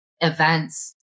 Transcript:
events